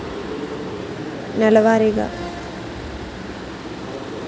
అప్పు తీసుకుంటే రోజువారిగా కట్టాలా? లేకపోతే నెలవారీగా కట్టాలా?